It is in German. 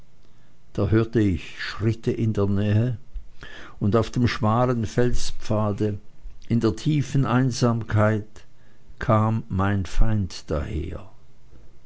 da hörte ich schritte in der nähe und auf dem schmalen felspfade in der tiefen einsamkeit kam mein feind daher